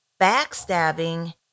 backstabbing